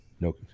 No